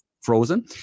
frozen